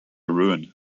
ruin